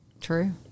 True